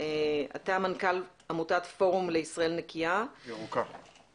מנכ"ל עמותת פורום לישראל ירוקה.